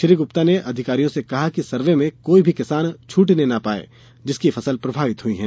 श्री गुप्ता ने अधिकारियों से कहा है कि सर्वे में कोई भी किसान छूटने ना पाए जिसकी फसल प्रभावित हुई है